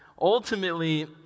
ultimately